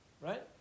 Right